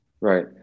right